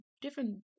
different